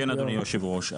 כן אדוני היושב-ראש,